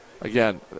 again